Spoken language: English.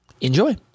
Enjoy